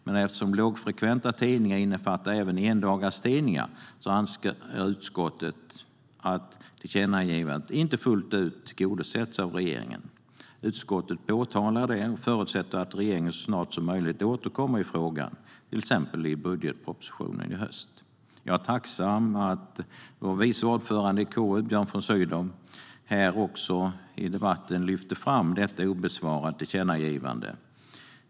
Men eftersom lågfrekventa tidningar innefattar även endagarstidningar anser utskottet att tillkännagivandet inte fullt ut har tillgodosetts av regeringen. Utskottet påtalar det och förutsätter att regeringen så snart som möjligt återkommer i frågan, till exempel i budgetpropositionen i höst. Jag är tacksam att vår vice ordförande i konstitutionsutskottet, Björn von Sydow, i debatten lyfte fram detta obesvarade tillkännagivande.